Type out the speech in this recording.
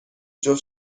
جفت